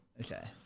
Okay